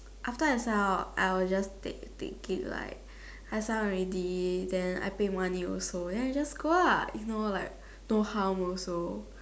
after I sign up I will just take it like I sign up already then pay money also just go lah no harm also